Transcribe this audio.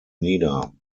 nieder